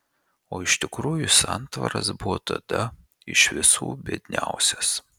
o iš tikrųjų santvaras buvo tada iš visų biedniausias